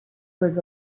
was